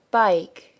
bike